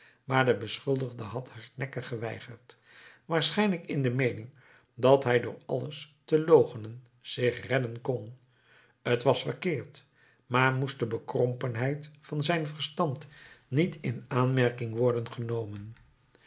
maar de beschuldigde had hardnekkig geweigerd waarschijnlijk in de meening dat hij door alles te loochenen zich redden kon t was verkeerd maar moest de bekrompenheid van zijn verstand niet in aanmerking worden genomen